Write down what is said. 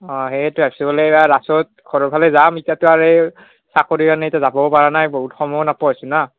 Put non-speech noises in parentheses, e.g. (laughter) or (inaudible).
অ সেইতো (unintelligible) ৰাসত ঘৰৰ ফালে যাম এতিয়াতো আৰু এ চাকৰিৰ কাৰণে এতিয়া যাবও পাৰা নাই বহুত সময়ো নোপোৱা হৈছোঁ না